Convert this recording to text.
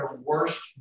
worst